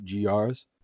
GRs